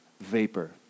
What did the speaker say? vapor